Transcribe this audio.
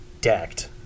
decked